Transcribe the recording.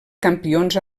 campions